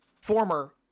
former